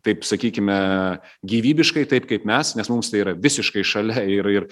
taip sakykime gyvybiškai taip kaip mes nes mums tai yra visiškai šalia ir ir